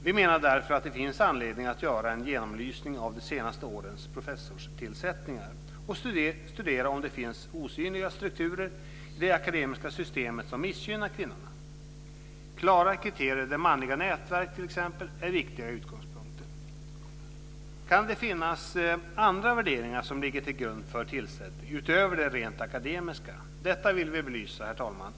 Vi menar därför att det finns anledning att göra en genomlysning av de senaste årens professorstillsättningar och studera om det finns osynliga strukturer i det akademiska systemet som missgynnar kvinnorna. Det är klara kriterier där t.ex. manliga nätverk är utgångspunkter. Kan det finnas andra värderingar som ligger till grund för tillsättning utöver de rent akademiska? Detta vill vi belysa, herr talman.